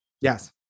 Yes